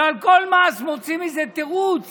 ועל כל מס מוצאים איזה תירוץ